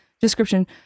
Description